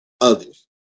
others